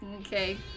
Okay